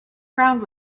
ground